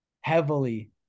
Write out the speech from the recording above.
heavily